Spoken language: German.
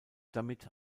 damit